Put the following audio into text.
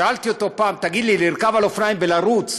שאלתי אותו פעם: תגיד לי, לרכוב על אופניים ולרוץ,